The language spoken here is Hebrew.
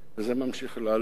וזה ממשיך לעלות.